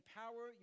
power